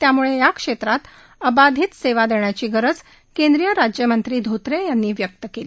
त्यामुळे या क्षेत्रात अबाधित सेवा देण्याची गरज केंद्रीय राज्यमंत्री धोत्रे यांनी व्यक्त केली